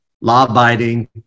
law-abiding